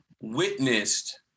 witnessed